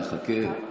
נחכה.